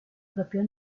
propio